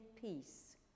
peace